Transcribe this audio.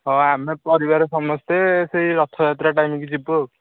ହଁ ଆମେ ପରିବାର ସମସ୍ତେ ସେଇ ରଥଯାତ୍ରା ଟାଇମ୍କୁ ଯିବୁ ଆଉ